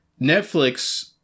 netflix